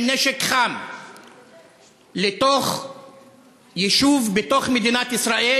נשק חם לתוך יישוב בתוך מדינת ישראל?